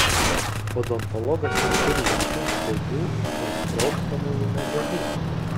odontologas neturi jokių degių ar sprogstamųjų medžiagų